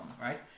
right